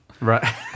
Right